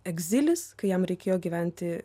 egzilis kai jam reikėjo gyventi